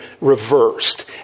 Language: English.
reversed